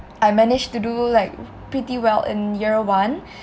I managed to do like pretty well in year one